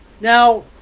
now